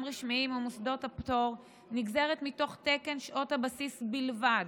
רשמיים ומוסדות הפטור נגזרת מתוך תקן שעות הבסיס בלבד,